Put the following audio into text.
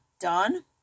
done